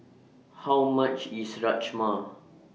How much IS Rajma